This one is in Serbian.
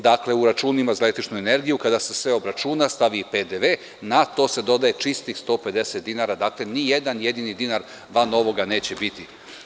Dakle, u računima za električnu energiju kada se sve obračuna stavi i PDV, na to se dodaje čistih 150 dinara, dakle nijedan jedini dinar van ovoga neće biti.